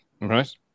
right